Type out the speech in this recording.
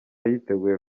yiteguye